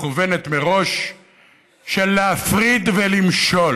מכוונת מראש של להפריד ולמשול.